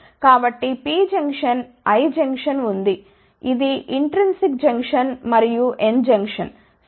కాబట్టి P junction I junction ఉంది ఇది ఇంట్రన్సిక్ జంక్షన్ మరియు N జంక్షన్ సరే